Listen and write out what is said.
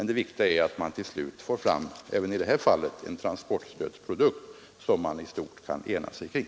Det viktiga är att vi till slut får fram en transportstödsprodukt som vi i stort kan ena oss kring.